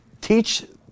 teach